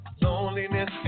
loneliness